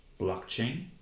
blockchain